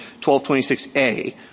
1226A